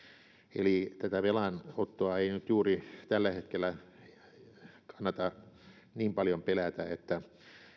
eli tätä velanottoa ei nyt juuri tällä hetkellä kannata niin paljon pelätä että